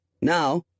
Now